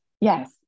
yes